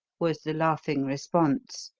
was the laughing response.